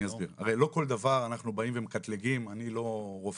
הרי לא כל דבר אנחנו מקטלגים, אני לא רופא